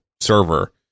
server